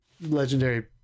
legendary